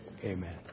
Amen